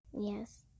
Yes